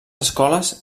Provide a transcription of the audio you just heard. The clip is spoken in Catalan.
escoles